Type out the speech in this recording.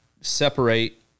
separate